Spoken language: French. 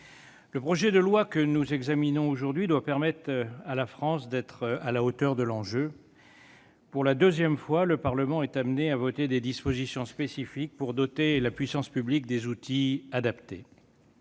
Le projet de loi que nous examinons aujourd'hui doit permettre à la France d'être à la hauteur de l'enjeu. Pour la deuxième fois, le Parlement est appelé à voter des dispositions spécifiques pour doter la puissance publique des outils adaptés.